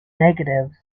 negatives